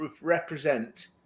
represent